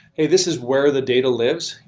hey, this is where the data lives.